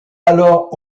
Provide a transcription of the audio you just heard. alors